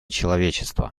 человечества